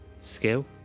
Skill